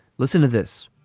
listen to this